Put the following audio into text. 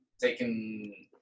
taken